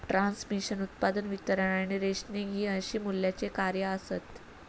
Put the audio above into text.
transmission, उत्पादन, वितरण आणि रेशनिंग हि अशी मूल्याची कार्या आसत